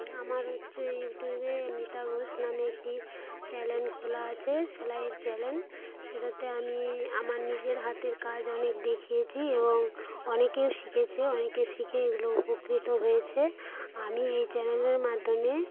আমার হচ্ছে ইউটিউবে মিতা ঘোষ নামে একটি চ্যানেল খোলা আছে সেলাইয়ের চ্যানেল সেটাতে আমি আমার নিজের হাতের কাজ অনেক দেখিয়েছি এবং অনেকেও শিখেছে অনেকেও শিখে এগুলো উপকৃত হয়েছে আমি এই চ্যানেলের মাধ্যমে